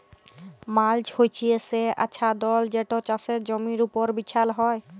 mulch হছে সে আচ্ছাদল যেট চাষের জমির উপর বিছাল হ্যয়